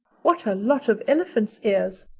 what a lot of elephant's ears,